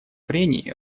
прений